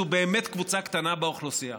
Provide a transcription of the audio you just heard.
הם באמת קבוצה קטנה באוכלוסייה.